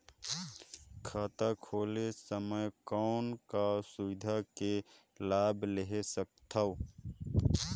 खाता खोले समय कौन का सुविधा के लाभ ले सकथव?